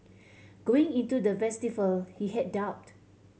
going into the festival he had doubt